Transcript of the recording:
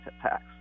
tax